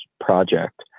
project